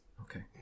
Okay